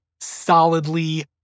Solidly